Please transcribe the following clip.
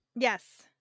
yes